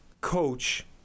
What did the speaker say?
coach